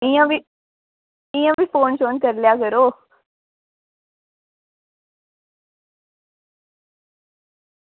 इंया बी इंया बी इंया बी फोन शोन करी लै करो